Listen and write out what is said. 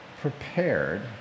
prepared